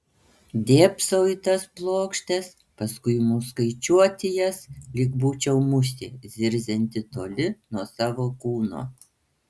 dėbsau į tas plokštes paskui imu skaičiuoti jas lyg būčiau musė zirzianti toli nuo savo kūno